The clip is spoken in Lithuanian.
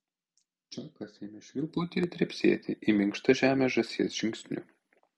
čakas ėmė švilpauti ir trepsėti į minkštą žemę žąsies žingsniu